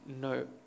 No